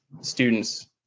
students